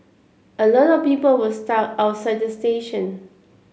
a lot of people were stuck outside the station